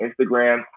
Instagram